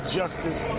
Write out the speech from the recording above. justice